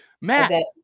Matt